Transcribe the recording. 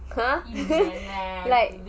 !huh! like